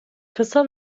kısa